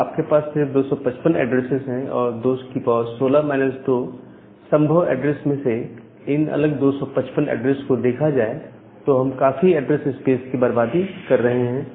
तो आपके पास सिर्फ 255 एड्रेसेज हैं और 216 2संभव एड्रेसेज में से इन अलग अलग 255 एड्रेसेज को देखा जाए तो हम काफी ऐड्रेस स्पेस की बर्बादी कर रहे हैं